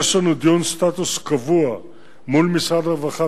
יש לנו דיון סטטוס קבוע מול משרד הרווחה